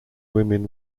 women